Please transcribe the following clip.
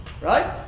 Right